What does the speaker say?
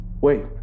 Wait